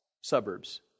Suburbs